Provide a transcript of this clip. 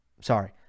sorry